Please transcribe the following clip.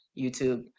YouTube